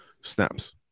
snaps